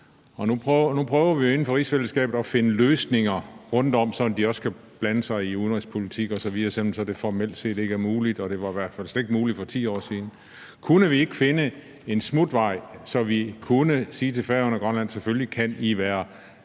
Nu prøver man jo inden for rigsfællesskabet at finde løsninger rundtom, så de også skal blande sig i udenrigspolitik osv., selv om det så formelt set ikke er muligt, og det var i hvert fald slet ikke muligt for 10 år siden. Kunne vi ikke finde en smutvej, så vi kunne sige til Færøerne og Grønland, at selvfølgelig kan I være